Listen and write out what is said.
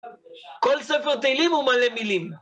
כל ספר תהילים הוא מלא מילים.